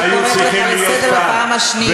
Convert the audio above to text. אני קוראת אותך לסדר בפעם השנייה.